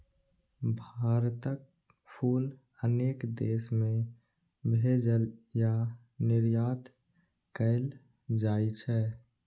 भारतक फूल अनेक देश मे भेजल या निर्यात कैल जाइ छै